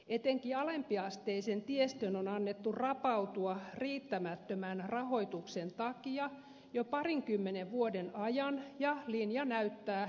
etenkin alempiasteisen tiestön on annettu rapautua riittämättömän rahoituksen takia jo parinkymmenen vuoden ajan ja linja näyttää jatkuvan